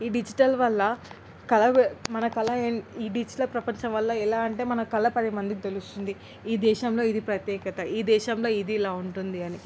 ఈ డిజిటల్ వల్ల కళ మన కళ ఈ డిజిటల్ ప్రపంచం వల్ల ఎలా అంటే మన కళ పదిమందికి తెలుస్తుంది ఈ దేశంలో ఇదీ ప్రత్యేకత ఈ దేశంలో ఇది ఇలా ఉంటుంది అని